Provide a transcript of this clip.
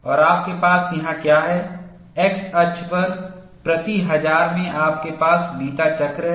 और आपके पास यहां क्या है X अक्ष पर प्रति हजार में आपके पास बीता चक्र है